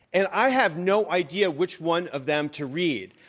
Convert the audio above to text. and i have no idea which one of them to read.